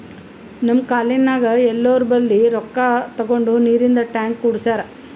ನಮ್ ಕಾಲ್ನಿನಾಗ್ ಎಲ್ಲೋರ್ ಬಲ್ಲಿ ರೊಕ್ಕಾ ತಗೊಂಡ್ ನೀರಿಂದ್ ಟ್ಯಾಂಕ್ ಕುಡ್ಸ್ಯಾರ್